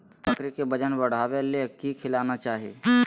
बकरी के वजन बढ़ावे ले की खिलाना चाही?